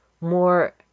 more